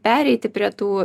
pereiti prie tų